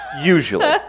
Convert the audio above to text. usually